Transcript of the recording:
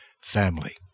family